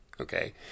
Okay